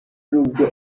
n’ubwo